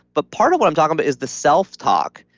but part of what i'm talking about is the self-talk,